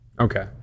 Okay